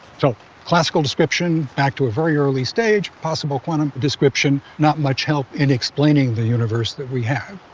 so classical description back to a very early stage, possible quantum description, not much help in explaining the universe that we have.